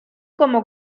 como